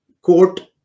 court